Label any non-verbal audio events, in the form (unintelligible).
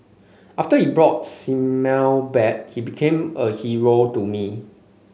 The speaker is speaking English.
after he brought (unintelligible) back he became a hero to me